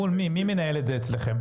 מי מנהל את זה אצלכם?